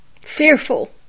fearful